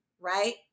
right